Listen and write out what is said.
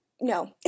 No